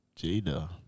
Jada